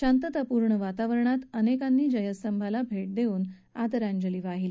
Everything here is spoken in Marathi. शांततापूर्ण वातावरणात अनेकांनी जयस्तंभाला भेट देऊन आदरांजली वाहिली